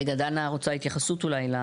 רגע, דנה רוצה התייחסות אולי?